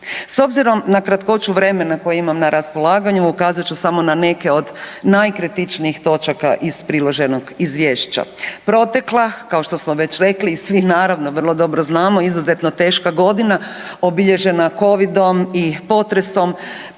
S obzirom na kratkoću vremena koje imam na raspolaganju ukazat ću samo na neke od najkritičnijih točaka iz priloženog izvješća. Protekla kao što smo već rekli i svi naravno vrlo dobro znamo izuzetno teška godina obilježena Covidom i potresom,